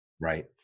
Right